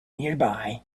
nearby